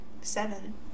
seven